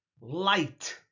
light